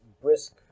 Brisk